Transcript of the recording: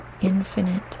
infinite